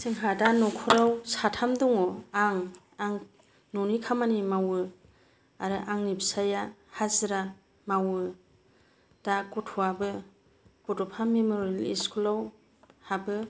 जोंहा दा न'खराव साथाम दंङ आं न'नि खामानि मावो आरो आंनि फिसाइया हाजिरा मावो दा गथ'आबो बड'फा मेम'रिय्ल स्कुलाव हाबो